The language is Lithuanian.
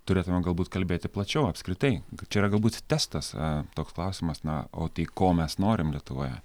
turėtumėm galbūt kalbėti plačiau apskritai čia yra galbūt testas a toks klausimas na o tai ko mes norim lietuvoje